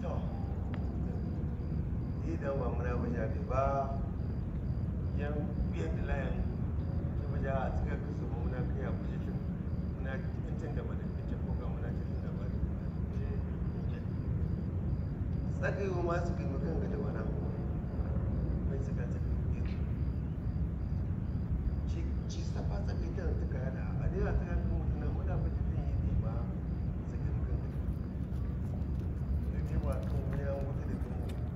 ﻿To hyi ɗan va muna buja mi ba, yan piyan ɗi Layan ca bu ʒha gha tsigan khin suban ba muna khiya bujithin mun khiya unlthin ko ga munaCalthin labari ɗi ghamaya ey khin cani tsaghi wi ma tsighimu khin ghulbana, mai tsiga tsaghi wi Piyatina, ci Ci sapa tsagi taghun ti kayana’a ghani gha tsigan khin wulthina muna bujilthin yandi mai tsighimu khin ghulbana. Ghani wa khin wuyani wut ɗi ƙhinwi